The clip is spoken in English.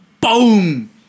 Boom